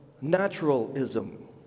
naturalism